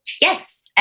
Yes